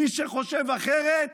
מי שחושב אחרת,